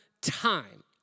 time